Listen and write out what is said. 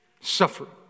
Suffering